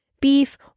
beef